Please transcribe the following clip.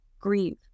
grieve